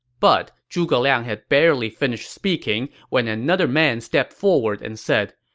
but zhuge liang had barely finished speaking when another man stepped forward and said,